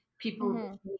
People